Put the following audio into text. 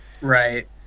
Right